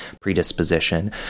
predisposition